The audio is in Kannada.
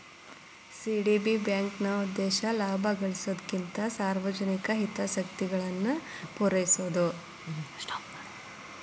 ಸಿ.ಡಿ.ಬಿ ಬ್ಯಾಂಕ್ನ ಉದ್ದೇಶ ಲಾಭ ಗಳಿಸೊದಕ್ಕಿಂತ ಸಾರ್ವಜನಿಕ ಹಿತಾಸಕ್ತಿಗಳನ್ನ ಪೂರೈಸೊದು